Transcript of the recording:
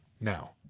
now